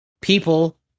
people